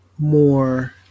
more